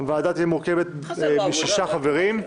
הוועדה תהיה מורכבת משישה חברים,